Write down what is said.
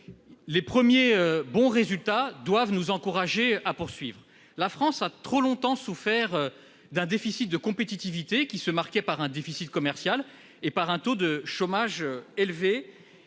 Les premiers bons résultats doivent nous encourager à poursuivre. La France a trop longtemps souffert d'un déficit de compétitivité, qui se traduisait par un déficit commercial et par un taux de chômage élevé.